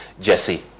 Jesse